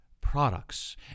products